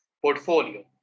portfolio